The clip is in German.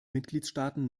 mitgliedstaaten